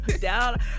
down